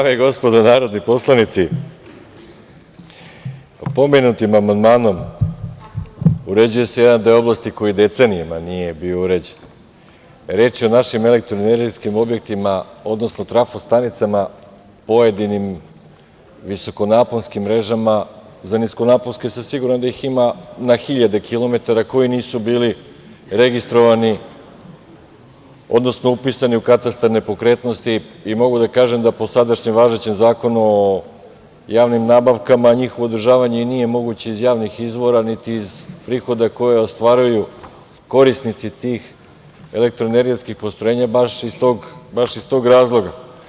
Dame i gospodo, narodni poslanici, pomenutim amandmanom uređuje se jedan deo oblasti koji decenijama nije bio uređen, a reč je o našim elektroenergetskim objektima, odnosno trafo stanicama, pojedinim visoko naponskim mrežama, za niskonaponske sam siguran da ih ima na hiljade kilometara, koje nisu bili registrovani, upisan u katastar nepokretnosti i mogu da kažem da po sadašnjem važećem zakonu o javnim nabavkama i njihovo održavanje i nije moguće iz javnih izvora, niti iz prihoda koje ostvaruju korisnici tih elektroenergetskih postrojenja baš iz tog razloga.